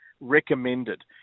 recommended